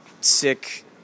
sick